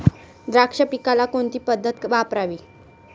द्राक्ष पिकाला कोणती पद्धत वापरावी?